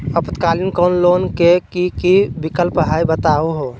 अल्पकालिक लोन के कि कि विक्लप हई बताहु हो?